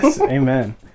amen